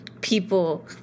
people